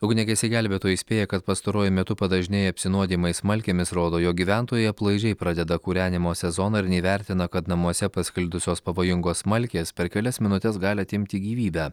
ugniagesiai gelbėtojai įspėja kad pastaruoju metu padažnėję apsinuodijimai smalkėmis rodo jog gyventojai aplaidžiai pradeda kūrenimo sezoną ir neįvertina kad namuose pasklidusios pavojingos smalkės per kelias minutes gali atimti gyvybę